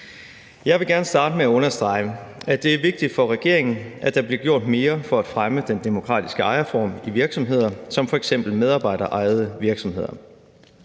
Jeg vil gerne starte med at understrege, at det er vigtigt for regeringen, at der bliver gjort mere for at fremme den demokratiske ejerform i virksomheder, som f.eks. medarbejderejede virksomheder.